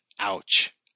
Ouch